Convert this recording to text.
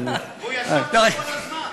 והוא ישב פה כל הזמן.